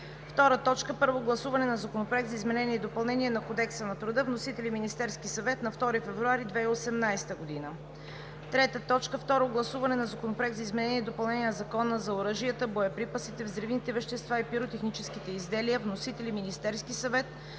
2018 г. 2. Първо гласуване на Законопроекта за изменение и допълнение на Кодекса на труда. Вносител – Министерският съвет, 2 февруари 2018 г. 3. Второ гласуване на Законопроекта за изменение и допълнение на Закона за оръжията, боеприпасите, взривните вещества и пиротехническите изделия. Вносител – Министерският съвет,